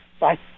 bye